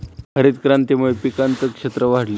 हरितक्रांतीमुळे पिकांचं क्षेत्र वाढलं